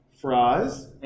fries